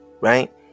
Right